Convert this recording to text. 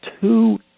two